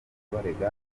kubarega